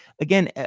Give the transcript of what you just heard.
again